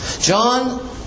John